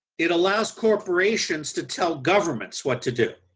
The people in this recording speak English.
it allows corporations to tell governments what to do.